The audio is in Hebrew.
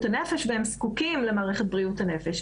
הנפש והם זקוקים למערכת בריאות הנפש.